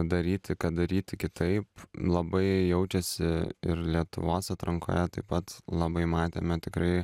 daryti ką daryti kitaip labai jaučiasi ir lietuvos atrankoje taip pat labai matėme tikrai